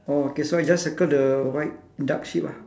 orh okay so I just circle the white dark sheep ah